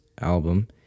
album